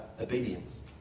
obedience